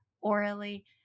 orally